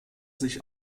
sich